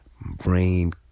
brain